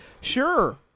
sure